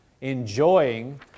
enjoying